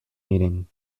meeting